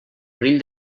perill